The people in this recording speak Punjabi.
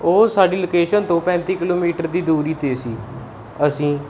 ਉਹ ਸਾਡੀ ਲਕੇਸ਼ਨ ਤੋਂ ਪੈਂਤੀ ਕਿਲੋਮੀਟਰ ਦੀ ਦੂਰੀ 'ਤੇ ਸੀ ਅਸੀਂ